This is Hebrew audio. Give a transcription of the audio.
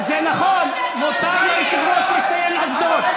מותר ליושב-ראש לציין עובדות.